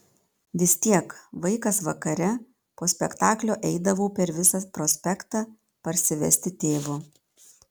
vis tiek vaikas vakare po spektaklio eidavau per visą prospektą parsivesti tėvo